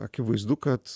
akivaizdu kad